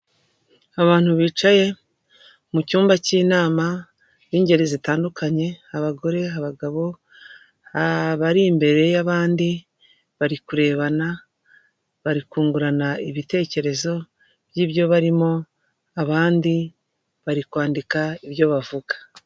Abantu bicaye mu cyumba cy'inama n'ingeri zitandukanye abagore, abagabo bari imbere y'abandi bari kurebana barikungurana ibitekerezo by'ibyo barimo abandi bari kwandika ibyo bavuga.